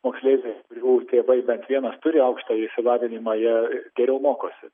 moksleiviai jeigu tėvai bent vienas turi aukštąjį išsilavinimą jie geriau mokosi